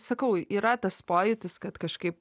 sakau yra tas pojūtis kad kažkaip